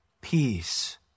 Peace